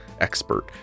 expert